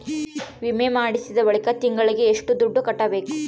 ವಿಮೆ ಮಾಡಿಸಿದ ಬಳಿಕ ತಿಂಗಳಿಗೆ ಎಷ್ಟು ದುಡ್ಡು ಕಟ್ಟಬೇಕು?